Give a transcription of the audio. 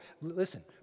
listen